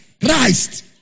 Christ